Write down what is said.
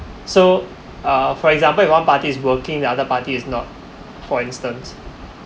so uh for example if one party is working the other party is not for instance